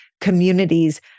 communities